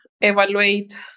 evaluate